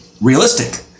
realistic